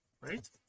right